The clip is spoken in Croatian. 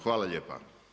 Hvala lijepa.